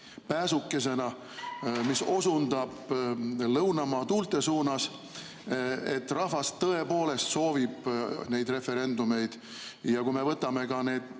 pääsukesena, mis osundab lõunamaa tuulte suunas, et rahvas tõepoolest soovib neid referendumeid? Kui me võtame ka need